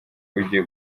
ugiye